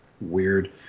Weird